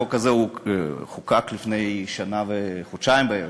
החוק הזה חוקק לפני שנה וחודשיים בערך,